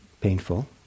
painful